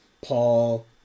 Paul